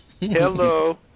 Hello